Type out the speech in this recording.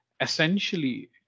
essentially